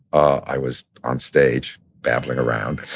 i was on stage babbling around,